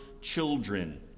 children